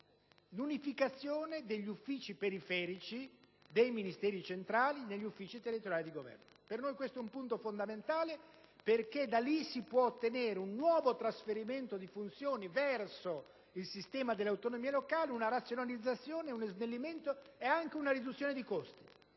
all'unificazione degli uffici periferici dei Ministeri centrali negli uffici territoriali del Governo. Per noi questo è un punto fondamentale, perché da lì si può ottenere un nuovo trasferimento di funzioni verso il sistema delle autonomie locali. Si possono ottenere una razionalizzazione, uno snellimento ed anche una riduzione dei costi.